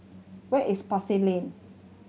where is Pasar Lane